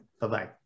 Bye-bye